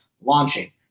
launching